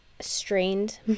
strained